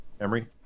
Emery